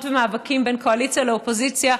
ומאבקים בין קואליציה לאופוזיציה,